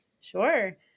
Sure